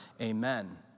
Amen